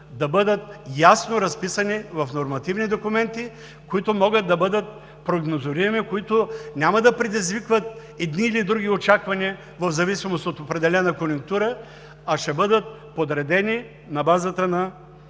да бъдат ясно разписани в нормативни документи, които могат да бъдат прогнозируеми, които няма да предизвикват едни или други очаквания в зависимост от определена конюнктура, а ще бъдат подредени на базата на